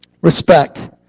Respect